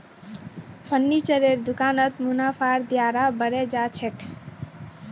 फर्नीचरेर दुकानत मुनाफार दायरा बढ़े जा छेक